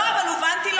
לא, אבל הובנתי לא נכון.